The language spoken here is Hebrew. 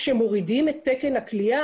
כשמורידים את תקן הכליאה,